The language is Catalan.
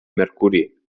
mercuri